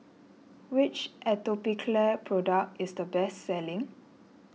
which Atopiclair product is the best selling